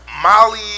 Molly